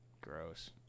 Gross